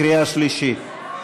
קריאה שלישית.